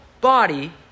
body